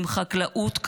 אם חקלאות כאן,